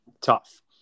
tough